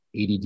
ADD